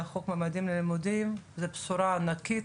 החוק 'ממדים ללימודים' זו בשורה ענקית,